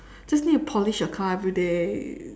just need to polish your car everyday